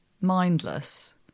mindless